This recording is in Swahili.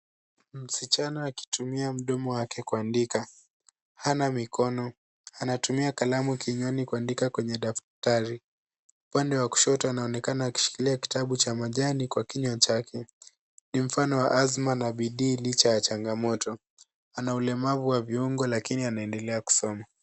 Msichana akitumia mdomo wake kuandika. Hana mikono. Anatumia kalamu kinywani kuandika kwenye daftari. Upande wa kushoto anaonekana akishikilia kitabu cha majani kwa kinywa chake. Ni mfano wa azma na bidii licha ya changamoto. Ana ulemavu wa viungo lakini anaendelea kusoma.